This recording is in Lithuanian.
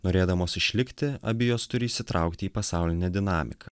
norėdamos išlikti abi jos turi įsitraukti į pasaulinę dinamiką